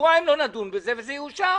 שבועיים לא נדון בזה וזה יאושר.